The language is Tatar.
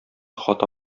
хата